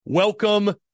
Welcome